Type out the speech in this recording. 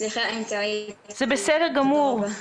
סליחה אם טעיתי --- זה בסדר גמור,